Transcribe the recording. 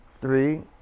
three